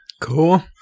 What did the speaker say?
Cool